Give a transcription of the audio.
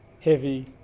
heavy